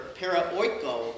paraoiko